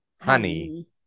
Honey